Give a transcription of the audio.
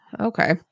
okay